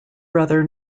brother